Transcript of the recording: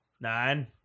Nine